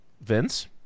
Vince